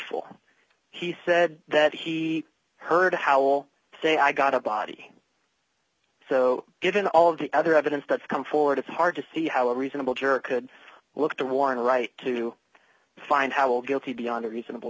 ful he said that he heard how will say i got a body so given all of the other evidence that's come forward it's hard to see how a reasonable juror could look to warren right to find how will guilty beyond a reasonable